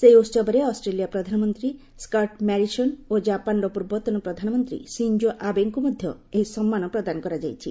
ସେହି ଉସବରେ ଅଷ୍ଟ୍ରେଲିଆ ପ୍ରଧାନମନ୍ତ୍ରୀ ସ୍କଟ୍ ମ୍ୟାରିସନ୍ ଓ ଜାପାନ୍ର ପୂର୍ବତନ ପ୍ରଧାନମନ୍ତ୍ରୀ ସିଞ୍ଜୋ ଆବେଙ୍କୁ ମଧ୍ୟ ଏହି ସମ୍ମାନ ପ୍ରଦାନ କରାଯାଇଛି